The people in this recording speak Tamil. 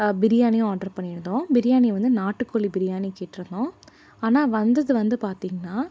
பிரியாணியும் ஆர்டர் பண்ணியிருந்தோம் பிரியாணி வந்து நாட்டுக்கோழி பிரியாணி கேட்டிருந்தோம் ஆனால் வந்தது வந்து பார்த்திங்கனா